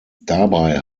dabei